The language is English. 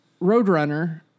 Roadrunner